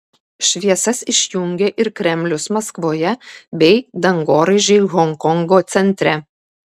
šviesas išjungė ir kremlius maskvoje bei dangoraižiai honkongo centre